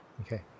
Okay